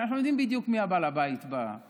אנחנו יודעים בדיוק מי בעל הבית בממשלה,